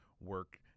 work